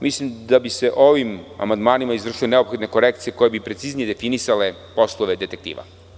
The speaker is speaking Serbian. Mislim da bi se ovim amandmanima izvršile neophodne korekcije koje bi preciznije definisale poslove detektiva.